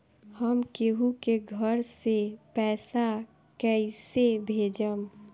हम केहु के घर से पैसा कैइसे भेजम?